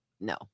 No